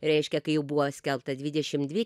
reiškia kai jau buvo skelbta dvidešimt dvi